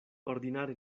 ordinare